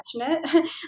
passionate